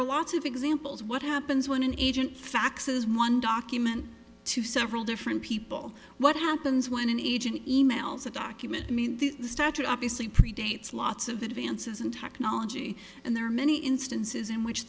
are lots of examples what happens when an agent faxes one document to several different people what happens when an agent e mails a document i mean the statue obviously predates lots of advances in technology and there are many instances in which